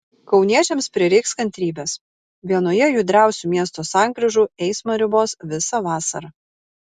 kauniečiams prireiks kantrybės vienoje judriausių miesto sankryžų eismą ribos visą vasarą